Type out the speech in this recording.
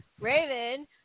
Raven